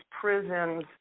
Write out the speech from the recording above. prisons